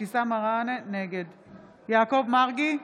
יעקב מרגי,